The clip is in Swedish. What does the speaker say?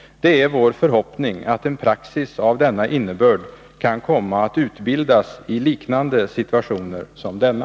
Det är vår förhoppning att en praxis av denna innebörd kan komma att utbildas i liknande situationer som denna.